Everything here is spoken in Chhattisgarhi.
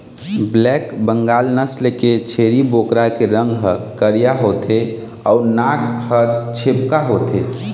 ब्लैक बंगाल नसल के छेरी बोकरा के रंग ह करिया होथे अउ नाक ह छेपका होथे